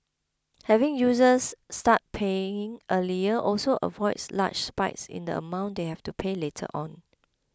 having users start paying earlier also avoids large spikes in the amount they have to pay later on